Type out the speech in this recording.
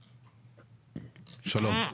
שלום.